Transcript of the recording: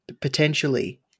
potentially